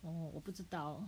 哦我不知道